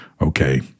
okay